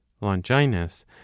Longinus